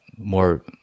more